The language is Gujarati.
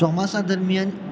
ચોમાસા દરમિયાન